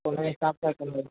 हुन हिसाब सां कयूं